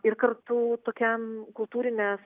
ir kartu tokiam kultūrinės